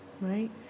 right